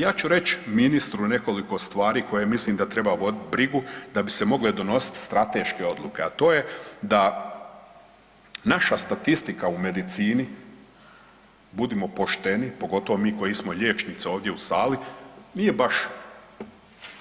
Ja ću reći ministru nekoliko stvari koje mislim da treba voditi brigu da bi se mogle donositi strateške odluke, a to je da naša statistika u medicini, budimo pošteni pogotovo mi koji smo liječnici ovdje u sali nije baš